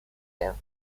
der